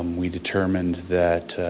um we determined that,